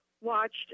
watched